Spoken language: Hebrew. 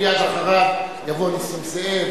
מייד אחריו יבואו חברי הכנסת נסים זאב,